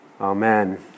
Amen